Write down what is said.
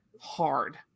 hard